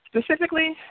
Specifically